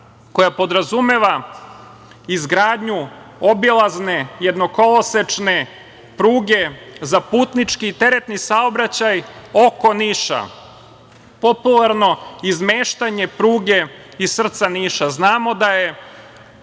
koja podrazumeva izgradnju obilazne jednokolosečne pruge za putnički i teretni saobraćaj, oko Niša. Popularno izmeštanje pruge iz srca Niša. Znamo da je